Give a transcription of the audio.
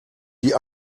die